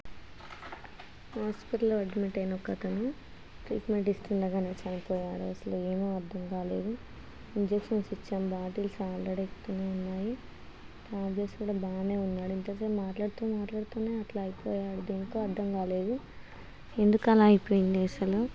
హోస్పిటల్లో admit అయిన ఒక అతను ట్రీట్మెంట్ ఇస్తుండగానే చనిపోయాడు అసలు ఏమీ అర్థం కాలేదు ఇంజెక్షన్స్ ఇచ్చాం బాటిల్స్ ఆల్రెడీ ఎక్కుతూనే ఉన్నాయి తాగేసి కూడా బాగానే ఉన్నాడు ఇంతసేపు మాట్లాడుతూ మాట్లాడుతూనే అట్లా అయిపోయాడు దేనికో అర్థం కాలేదు ఎందుకలా అయిపోయింది అసలు